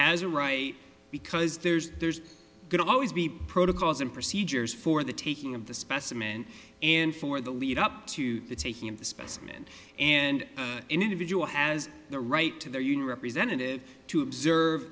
has a right because there's there's going to always be protocols and procedures for the taking of the specimen and for the lead up to the taking of the specimen and individual has the right to their union representative to observe